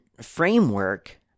framework